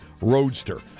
Roadster